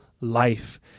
life